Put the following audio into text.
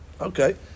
Okay